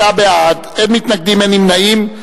29 בעד, אין מתנגדים, אין נמנעים.